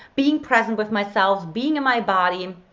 being present with my selves, being in my body,